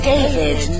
David